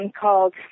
called